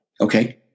Okay